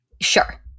Sure